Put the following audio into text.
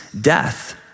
death